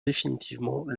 définitivement